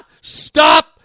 Stop